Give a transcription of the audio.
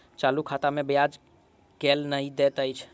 चालू खाता मे ब्याज केल नहि दैत अछि